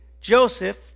Joseph